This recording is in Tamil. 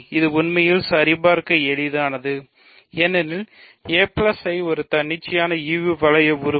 இது உண்மையில் சரிபார்க்க எளிதானது ஏனெனில் aI ஒரு தன்னிச்சையான ஈவு வளைய உறுப்பு